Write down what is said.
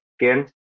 again